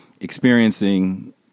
experiencing